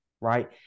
right